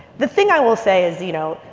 the thing i will say is, you know,